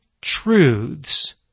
truths